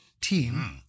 team